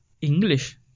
English